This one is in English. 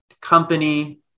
company